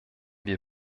wir